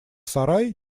сарай